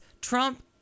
Trump